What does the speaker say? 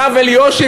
הרב אלישיב,